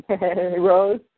Rose